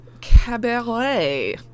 Cabaret